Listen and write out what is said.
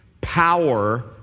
power